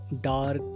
dark